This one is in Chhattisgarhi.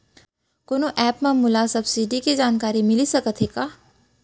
कोनो एप मा मोला सब्सिडी के जानकारी मिलिस सकत हे का?